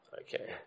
Okay